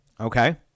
Okay